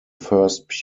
first